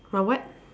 my what